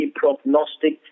prognostic